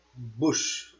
Bush